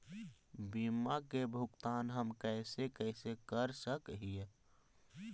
बीमा के भुगतान हम कैसे कैसे कर सक हिय?